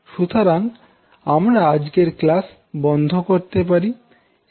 সুতরাং আমরা আজকের ক্লাস বন্ধ করতে পারি